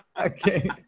Okay